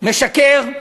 משקר,